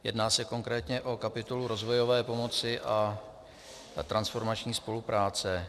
Jedná se konkrétně o kapitolu rozvojové pomoci a transformační spolupráce.